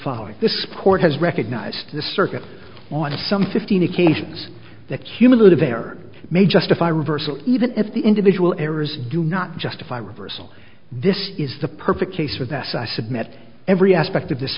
following this court has recognized the circuit on some fifteen occasions that cumulative error may justify reversal even if the individual errors do not justify reversal this is the perfect case for this i submit every aspect of this